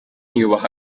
yubaha